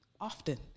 often